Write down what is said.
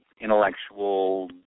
intellectual